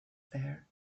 there